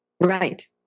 Right